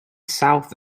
south